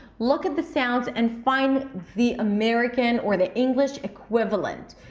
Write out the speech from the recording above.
look at the sounds and find the american or the english equivalent.